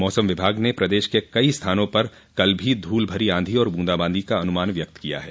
मौसम विभाग ने प्रदेश के कई स्थानों पर कल भी धूल भरी आंधी और बूंदाबांदी का अनुमान व्यक्त किया है